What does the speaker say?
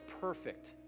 perfect